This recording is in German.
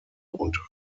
und